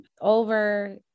over